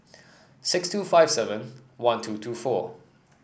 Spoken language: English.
six two five seven one two two four